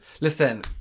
Listen